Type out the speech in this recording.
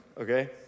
okay